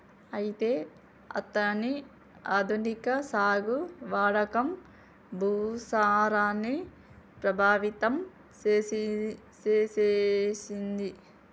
అయితే అతని ఆధునిక సాగు వాడకం భూసారాన్ని ప్రభావితం సేసెసింది